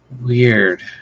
Weird